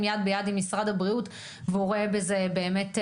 יד ביד עם משרד הבריאות והוא רואה בזה באמת,